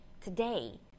today